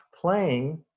playing